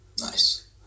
nice